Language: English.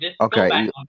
Okay